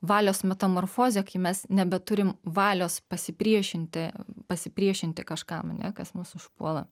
valios metamorfozė kai mes nebeturim valios pasipriešinti pasipriešinti kažkam ane kas mus užpuola